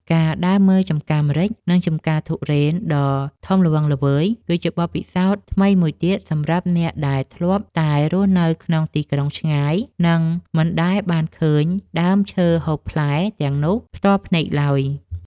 ការដើរមើលចម្ការម្រេច និង ចម្ការធុរេនដ៏ធំល្វឹងល្វើយគឺជាបទពិសោធន៍ថ្មីមួយទៀតសម្រាប់អ្នកដែលធ្លាប់តែរស់នៅក្នុងទីក្រុងឆ្ងាយ និង មិនដែលបានឃើញដើមឈើហូបផ្លែទាំងនោះផ្ទាល់ភ្នែកឡើយ។